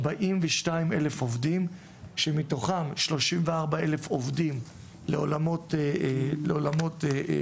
42 אלף עובדים שמתוכן 34 אלף עובדים לעולמות הבנייה